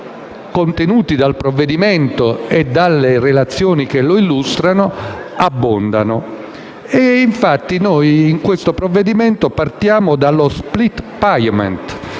contenuti nel testo e nelle relazioni che lo illustrano abbondano. Infatti, in questo provvedimento partiamo dallo *split payment*.